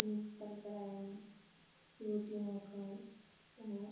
mixer grinder roti maker এবং